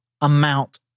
amount